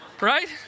Right